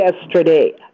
yesterday